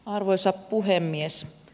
arvoisa puhemies